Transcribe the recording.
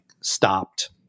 stopped